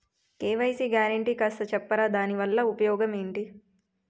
KYC guarantee కాస్త చెప్తారాదాని వల్ల ఉపయోగం ఎంటి?